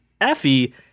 effie